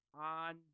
on